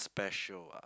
special ah